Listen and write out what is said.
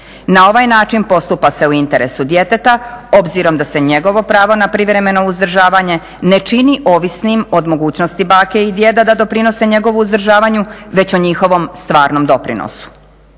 Na ovaj način postupa se u interesu djeteta obzirom da se njegovo pravo na privremeno uzdržavanje ne čini ovisnim od mogućnosti bake i djeda da doprinose njegovom uzdržavanju već o njihovom stvarnom doprinosu.